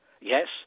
Yes